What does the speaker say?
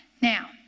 Now